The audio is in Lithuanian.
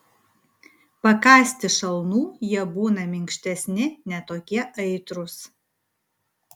pakąsti šalnų jie būna minkštesni ne tokie aitrūs